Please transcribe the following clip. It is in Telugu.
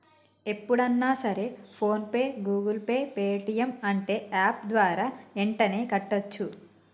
ఎప్పుడన్నా సరే PhonePe Google Pay Paytm అంటే యాప్ ద్వారా యెంటనే కట్టోచ్చు